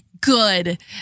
good